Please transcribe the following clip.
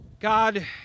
God